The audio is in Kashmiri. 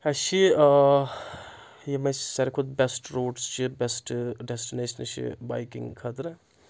اَسہِ چھِ یِم اَسہِ ساروی کھۄتہٕ بؠسٹ روٗٹٕس چھِ بؠسٹ ڈیسٹِنیشنہٕ چھِ بایکِنٛگ خٲطرٕ